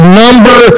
number